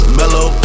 mellow